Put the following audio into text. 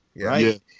right